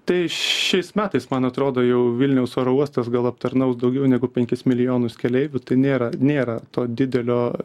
tai šiais metais man atrodo jau vilniaus oro uostas gal aptarnaus daugiau negu penkis milijonus keleivių tai nėra nėra to didelio